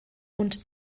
und